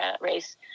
race